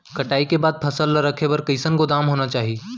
कटाई के बाद फसल ला रखे बर कईसन गोदाम होना चाही?